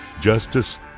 justice